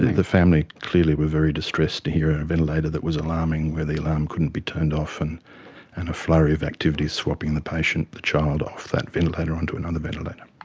the family clearly were very distressed to hear a ventilator that was alarming where the alarm couldn't be turned off and and a flurry of activity swapping the patient, the child, off that ventilator onto another ventilator.